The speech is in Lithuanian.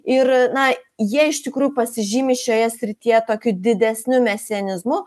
ir na jie iš tikrųjų pasižymi šioje srityje tokiu didesniu mesianizmu